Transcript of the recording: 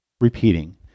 repeating